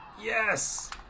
yes